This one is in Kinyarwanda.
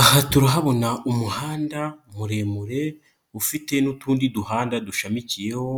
Aha turahabona umuhanda muremure ufite n'utundi duhanda dushamikiyeho,